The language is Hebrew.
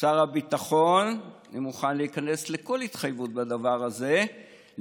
שר הביטחון מוכן להיכנס לכל התחייבות בדבר הזה,